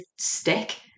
stick